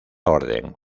orden